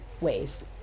Ways